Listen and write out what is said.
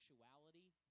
sexuality